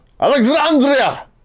Alexandria